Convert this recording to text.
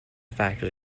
factors